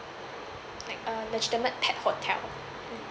like a legitimate pet hotel